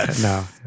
No